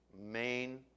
main